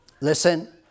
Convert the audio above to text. Listen